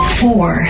four